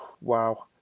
wow